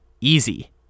easy